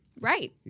Right